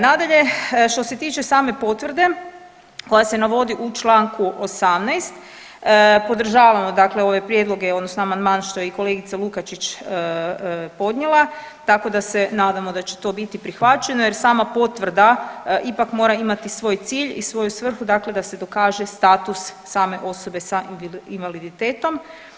Nadalje, što se tiče same potvrde koja se navodi u čl. 18. podržavamo ove prijedloge odnosno amandman što je i kolegica LUkačić podnijela tako da se nadamo da će to biti prihvaćeno jer sama potvrda ipak mora imati svoj cilj i svoju svrhu da se dokaže status same osobe s invaliditetom.